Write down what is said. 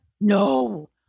No